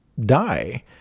die